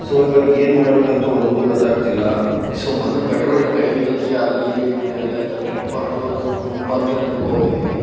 so ಇವಾಗ ಏನು ಮಾಡಬೇಕಂತ ಒಂದೂ ಗೊತ್ತಾಗ್ತಿಲ್ಲ ಸೊ ಮೊದ್ಲು ಪೆಟ್ರೋಲ್ ರೇಟ್ ಕಡಿಮೆ ಇದ್ದೊತ್ತಿಗೆ ಅಲ್ಲಿ ಇಲ್ಲಿ ಇಲ್ಲಿ ಅಲ್ಲಿ ಅಂತ ಟ್ರಿಪ್ಪಂತೂ ತುಂಬ ಅಂದರೆ ತುಂಬ ಹೋಗಿದ್ದೀವಿ